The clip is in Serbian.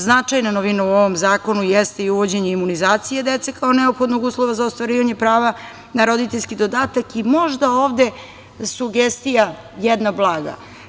Značajna novina u ovom zakonu jeste i uvođenje imunizacije dece kao neophodnog uslova za ostvarivanje prava na roditeljski dodatak i možda ovde sugestija jedna blaga.